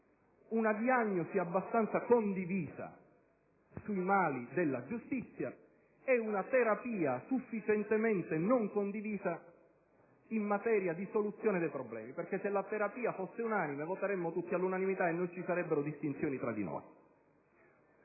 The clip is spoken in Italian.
una diagnosi abbastanza condivisa sui mali della giustizia e una terapia sufficientemente non condivisa in materia di soluzione dei problemi: se il parere sulla terapia fosse unanime, voteremmo tutti allo stesso modo e non ci sarebbero distinzioni tra di noi.